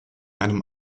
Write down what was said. einem